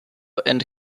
and